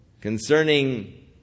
concerning